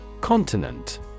Continent